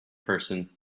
person